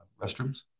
restrooms